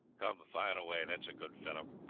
come, fire away, that's a good fellow.